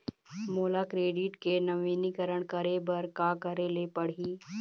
मोला क्रेडिट के नवीनीकरण करे बर का करे ले पड़ही?